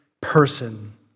person